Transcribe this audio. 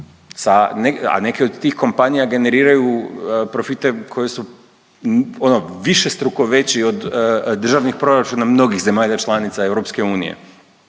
a neke od tih kompanija generiraju profite koji su ono višestruko veći od državnih proračuna mnogih zemalja članica EU. Oni